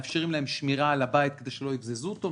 מאפשרים להם שמירה על הבית כדי שלא יבזזו אותו,